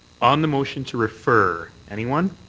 on the motion to refer. anyone?